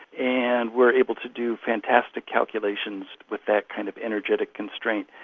and we're able to do fantastic calculations with that kind of energetic constraint.